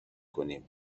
کنیم